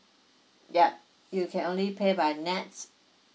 ya you can only pay by nets